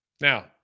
Now